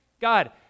God